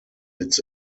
its